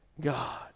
God